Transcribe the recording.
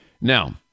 Now